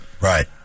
Right